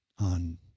on